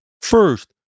First